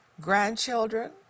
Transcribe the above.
grandchildren